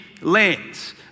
lands